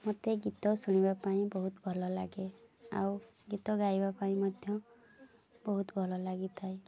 ମତେ ଗୀତ ଶୁଣିବା ପାଇଁ ବହୁତ ଭଲ ଲାଗେ ଆଉ ଗୀତ ଗାଇବା ପାଇଁ ମଧ୍ୟ ବହୁତ ଭଲ ଲାଗିଥାଏ